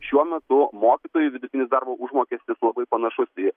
šiuo metu mokytojų vidutinis darbo užmokestis labai panašus į